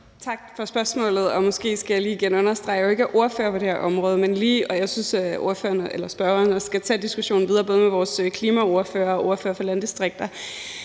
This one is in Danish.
Tak for spørgsmålet. Måske skal jeg lige igen understrege, at jeg jo ikke er ordfører på det her område. Jeg synes, at spørgeren skal tage diskussionen videre med både vores klimaordfører og ordfører for landdistrikter.